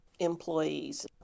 employees